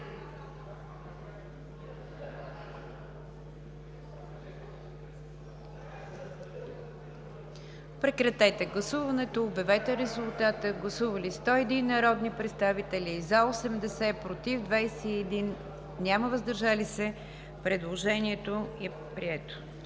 Прекратете гласуването и обявете резултата. Гласували 117 народни представители: за 100, против няма, въздържали се 17. Предложението е прието.